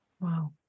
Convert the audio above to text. Wow